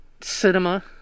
cinema